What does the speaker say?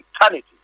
eternity